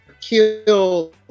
kill